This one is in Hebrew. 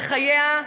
וחייה נהרסו.